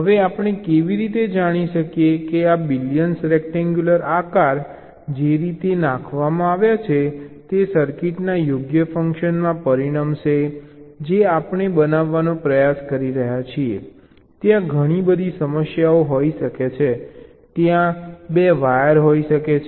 હવે આપણે કેવી રીતે જાણી શકીએ કે આ બિલિયન્સ રેક્ટેન્ગ્યુલર આકાર જે રીતે તે નાખવામાં આવ્યા છે તે સર્કિટના યોગ્ય ફંકશનમાં પરિણમશે જે આપણે બનાવવાનો પ્રયાસ કરી રહ્યા છીએ ત્યાં ઘણી બધી સમસ્યાઓ હોઈ શકે છે ત્યાં 2 વાયર હોઈ શકે છે